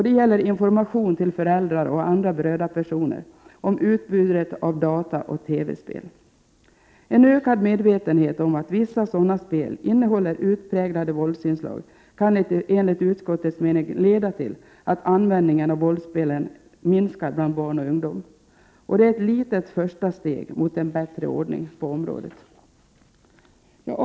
Det gäller information till föräldrar och andra berörda personer om utbudet av dataoch TV-spel. En ökad medvetenhet om att vissa sådana spel innehåller utpräglade våldsinslag kan enligt utskottets mening leda till att användningen av våldsspelen minskar bland barn och ungdom. Detta är ett litet första steg mot en bättre ordning. Herr talman!